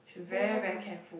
oh my